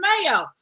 mayo